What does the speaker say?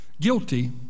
guilty